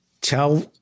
tell